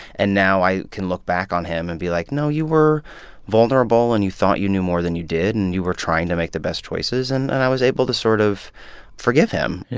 and now, i can look back on him and be like, no, you were vulnerable, and you thought you knew more than you did. and you were trying to make the best choices. and and i was able to sort of forgive him yeah.